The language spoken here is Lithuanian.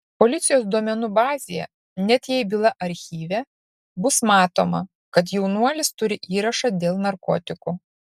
policijos duomenų bazėje net jei byla archyve bus matoma kad jaunuolis turi įrašą dėl narkotikų